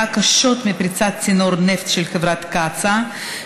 קשות מפריצת צינור נפט של חברת קצא"א,